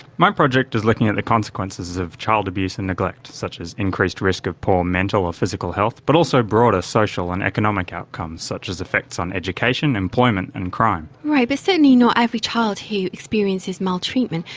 my project is looking at the consequences of child abuse and neglect, such as increased risk of poor mental or physical health, but also broader social and economic outcomes such as effects on education, employment and crime. right, but certainly not every child here experiences maltreatment,